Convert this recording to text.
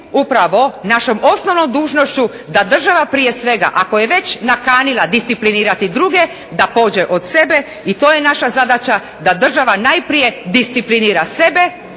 upravo našom osnovnom dužnošću da država prije svega ako je već nakanila disciplinirati druge da pođe od sebe. I to je naša zadaća da država najprije disciplinira sebe,